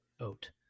oat